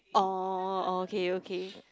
oh okay okay